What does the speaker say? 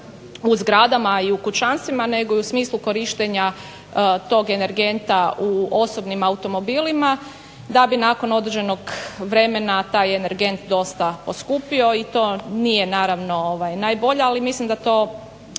u zgradama i u kućanstvima nego i u smislu korištenja tog energenta u osobnim automobilima da bi nakon određenog vremena taj energent dosta poskupio i to nije naravno najbolje ali mislim da to